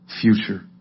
future